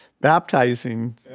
baptizing